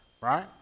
right